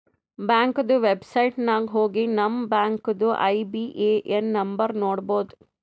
ಬ್ಯಾಂಕ್ದು ವೆಬ್ಸೈಟ್ ನಾಗ್ ಹೋಗಿ ನಮ್ ಬ್ಯಾಂಕ್ದು ಐ.ಬಿ.ಎ.ಎನ್ ನಂಬರ್ ನೋಡ್ಬೋದ್